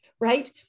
right